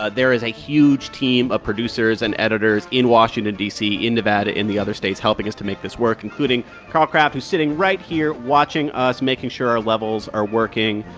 ah there is a huge team of producers and editors in washington, d c, in nevada, in the other states helping us to make this work, including carl craft, who's sitting right here watching us, making sure our levels are working,